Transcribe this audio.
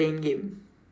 playing game